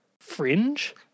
Fringe